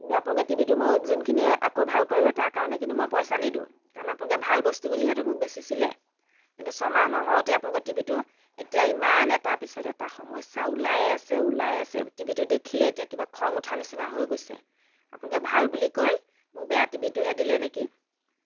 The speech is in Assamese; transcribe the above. কিন্তু আপোনালোকে টিভিটো মোক যোনখিনি আকৌ ভাল কৰিব তাৰ কাৰণে কিন্তু মই পইচা নিদিওঁ কাৰণ আপোনালোকেতো মোক ভাল বস্তু বুলিহে মোক বেচিছিলে কিন্তু ছমাহ নহোঁতেই আপোনালোকৰ টিভিটো এতিয়া ইমান এটাৰ পিছত এটা সমস্যা ওলাই আছে ওলাই আছে টিভিটো দেখিলেই এতিয়া কিবা খং উঠা নিচিনা হৈ গৈছে আপোনালোকে ভাল বুলি কৈ মোক বেয়া টিভিটোহে দিলে নেকি